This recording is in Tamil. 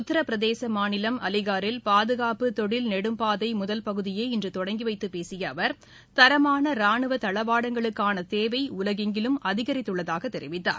உத்தரப்பிரதேச மாநிலம் அலிகாரில் பாதுகாப்பு தொழில் நெடும் பாதை முதற்பகுதியை இன்று தொடங்கிவைத்துப் பேசிய அவர் தரமான ரானுவ தளவாடங்களுக்கான தேவை உலகொங்கிலும் அதிகரித்துள்ளதாகத் தெரிவித்தார்